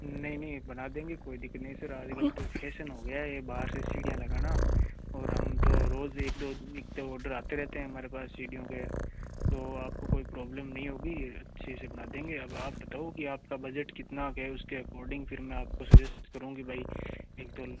नहीं नहीं एक बना देंगे कोई दिक नहीं सर आजकल तो फेसन हो गया है ये बाहर से सीढ़ियाँ लगाना और हम तो रोज़ एक दो एक दो ऑडर आते रहते हैं हमारे पास सीढ़ियों के तो आपको कोई प्रॉब्लम नहीं होगी अच्छे से बना देंगे अब आप बताओ कि आपका बजट कितना क्या है उसके आकॉर्डिंग फिर मैं आपको सजेस्ट करूँ कि भाई एक दो